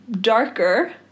darker